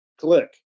Click